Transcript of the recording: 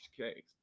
okay